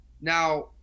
Now